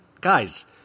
guys